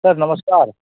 sir नमस्कार